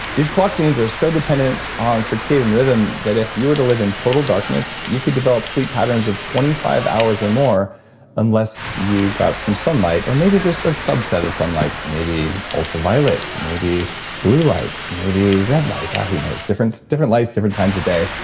these clock genes are so dependent on circadian rhythm that if you were to live in total darkness, you could develop sleep patterns of twenty five hours or more unless you got some sunlight. or, maybe just a subset of sunlight, maybe ultraviolet, maybe blue light, maybe red light. who knows? different different lights, different times a day,